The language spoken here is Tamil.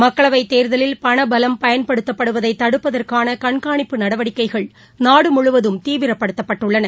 மக்களவைத் தேர்தலில் பணபலம் பயன்படுத்தப்படுவதைதடுப்பதற்கானகண்காணிப்பு நடவடிக்கைகள் நாடுமுழுவதும் தீவிரப்படுத்தப்பட்டுள்ளன